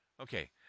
Okay